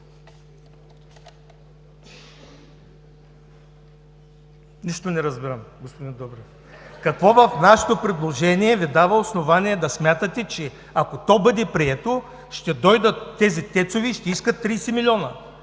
Нищо не разбирам, господин Добрев. (Смях.) Какво в нашето предложение Ви дава основание да смятате, че, ако то бъде прието, ще дойдат тези ТЕЦ-ове и ще искат 30 милиона,